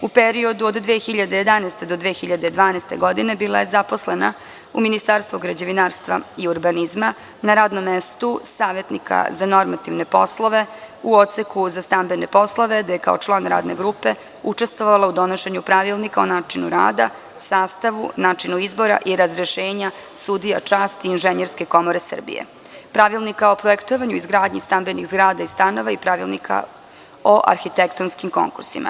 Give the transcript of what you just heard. U periodu od 2011. do 2012. godine bila je zaposlena u Ministarstvu građevinarstva i urbanizma, na radnom mestu savetnika za normativne poslove u Odseku za stambene poslove, gde je kao član radne grupe učestvovala u donošenju Pravilnika o načinu rada, sastavu, načinu izbora i razrešenja sudija časti Inženjerske komore Srbije, Pravilnika o projektovanju i izgradnji stambenih zgrada i stanova i Pravilnika o arhitektonskim konkursima.